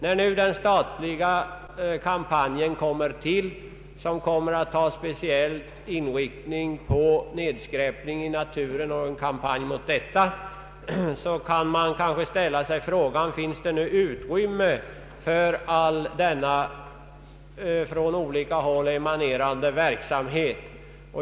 När nu den statliga kampanjen med speciell inriktning mot nedskräpning i naturen kommer till, kan man ställa sig frågan om det finns utrymme för all denna från olika håll emanerande verksamhet.